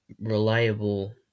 reliable